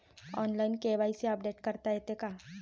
Online KYC update करता येते का?